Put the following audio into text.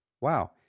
wow